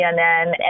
CNN